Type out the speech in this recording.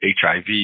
HIV